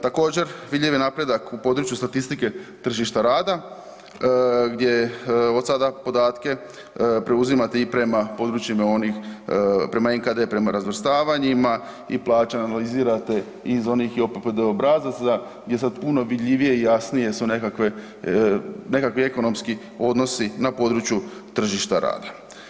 Također, vidljiv je napredak u području statistike tržišta rada, gdje od sada podatke preuzimate i prema područjima onih, nema NKD, prema razvrstavanjima i plaće analizirate iz onih JOPPD obrazaca, gdje je sad puno vidljivije i jasnije su nekakve nekakvi ekonomski odnosi na području tržišta rada.